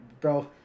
Bro